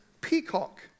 peacock